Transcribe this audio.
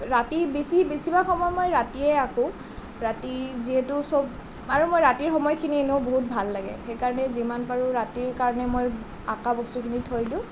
ৰাতি বেছি বেছিভাগ সময় মই ৰাতিয়ে আকোঁ ৰাতি যিহেতু সব আৰু মই ৰাতিৰ সময়খিনি এনেও বহুত ভাল লাগে সেইকাৰণে যিমান পাৰোঁ ৰাতিৰ কাৰণে মই অঁকা বস্তুখিনি থৈ দিওঁ